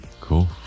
cool